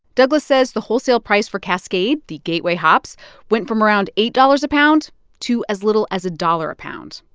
douglas says the wholesale price for cascade the gateway hops went from around eight dollars a pound to as little as a dollar a pound.